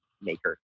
maker